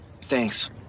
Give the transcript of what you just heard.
Thanks